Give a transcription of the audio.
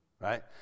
right